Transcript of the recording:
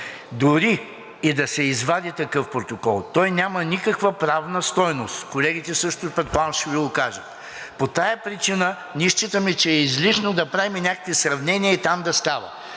Дори и да се извади такъв протокол, той няма никаква правна стойност. Колегите също, предполагам, че ще Ви го кажат. По тази причина ние считаме, че е излишно да правим някакви сравнения и там да става.